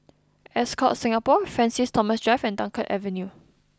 Ascott Singapore Francis Thomas Drive and Dunkirk Avenue